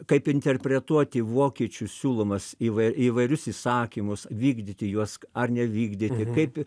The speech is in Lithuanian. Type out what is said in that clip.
kaip interpretuoti vokiečių siūlomas įvai įvairius įsakymus vykdyti juos ar nevykdyti kaip